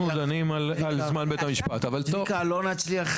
צביקה, לא נצליח